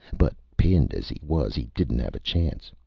but pinned as he was, he didn't have a chance.